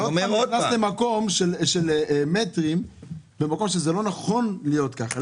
אתה נכנס למקום של מטרים במקום שזה לא נכון להיות ככה.